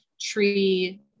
tree